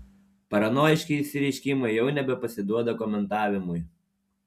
paranojiški išsireiškimai jau nebepasiduoda komentavimui